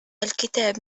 الكتاب